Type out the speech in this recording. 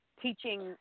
teaching